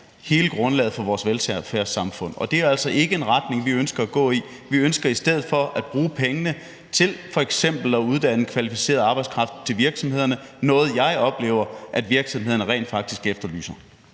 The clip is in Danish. hele grundlaget for vores velfærdssamfund, og det er altså ikke en retning, vi ønsker at gå i. Vi ønsker i stedet for at bruge pengene til f.eks. at uddanne kvalificeret arbejdskraft til virksomhederne, noget, jeg oplever at virksomhederne rent faktisk efterlyser.